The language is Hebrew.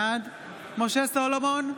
בעד משה סולומון,